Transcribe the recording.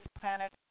planet